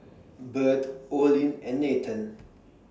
Bird Olin and Nathen